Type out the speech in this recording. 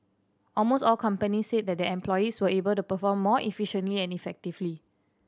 almost all companies said that their employees were able to perform more efficiently and effectively